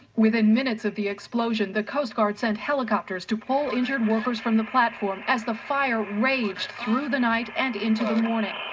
within minutes of the explosion, the coastguard sent helicopters to pull injured workers from the platform, as the fire raged through the night and into the morning.